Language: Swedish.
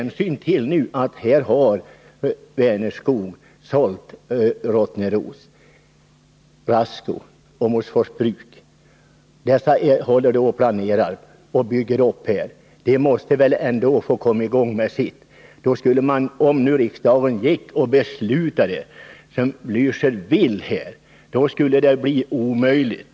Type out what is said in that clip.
Nu har Vänerskog sålt Rottneros Bruk, Rasco och Åmotfors Bruk, och man håller där på att planera och bygga upp sin verksamhet. Företagen måste väl ändå få komma i gång med den. Om riksdagen beslutade så som Raul Bläöcher vill, skulle ju det bli omöjligt.